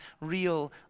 real